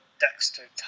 Dexter